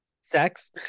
Sex